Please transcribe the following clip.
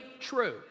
true